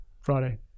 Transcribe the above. Friday